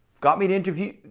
got me an interview,